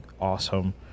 awesome